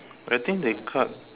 I think they cut